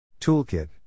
Toolkit